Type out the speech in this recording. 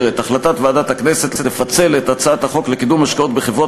את החלטת ועדת הכנסת לפצל את הצעת חוק לקידום השקעות בחברות